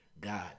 God